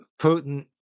Putin